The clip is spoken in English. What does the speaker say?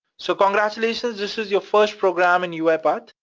so congratulations, this is your first program in uipath.